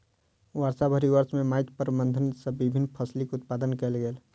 वर्षभरि वर्ष में माइट प्रबंधन सॅ विभिन्न फसिलक उत्पादन कयल गेल